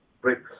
bricks